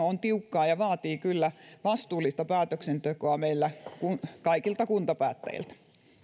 on tiukkaa ja vaatii kyllä vastuullista päätöksentekoa meiltä kaikilta kuntapäättäjiltä